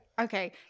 okay